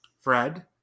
Fred